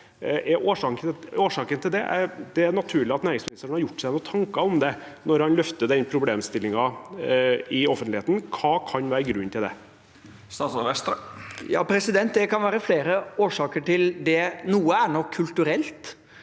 er årsaken til det? Det er naturlig at næringsministeren har gjort seg noen tanker om det når han løfter den problemstillingen i offentligheten. Hva kan være grunnen til det? Statsråd Jan Christian Vestre Det kan være flere årsaker til det. Noe er nok kulturelt.